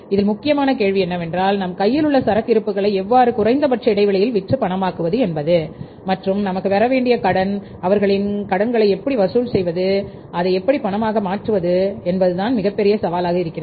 இதில் முக்கியமான கேள்வி என்னவென்றால் நம் கையிலுள்ள சரக்கு இருப்பு களை எவ்வாறு குறைந்தபட்ச இடைவெளியில் விற்று பணமாக்கும் என்பது மற்றும் நமக்கு வரவேண்டிய கடன் அவர்களின் கனவுகளை எப்படி வசூல் செய்வது அதை எப்படி பணம் ஆக மாற்றுவது என்பதுதான் மிகப்பெரிய சவாலாக இருக்கிறது